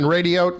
Radio